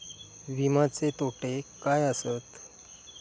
विमाचे तोटे काय आसत?